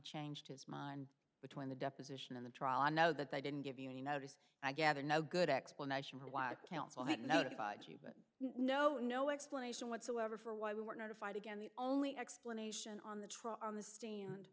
changed his mind between the deposition and the trial i know that they didn't give you any notice i gather no good explanation for why counsel had notified you know no explanation whatsoever for why we were notified again the only explanation on the trial on the stand